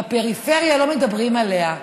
בפריפריה לא מדברים עליה,